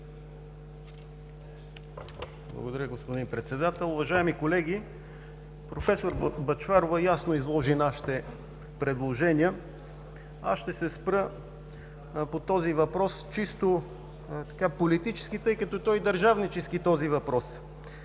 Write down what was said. Благодаря, господин Председател. Уважаеми колеги, проф. Бъчварова ясно изложи нашите предложения. Аз ще се спра по този въпрос чисто политически, тъй като той е държавнически.